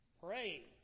Pray